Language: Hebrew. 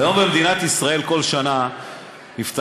היום במדינת ישראל נפתחים כל שנה קרוב